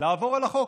לעבור על החוק?